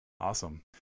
Awesome